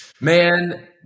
Man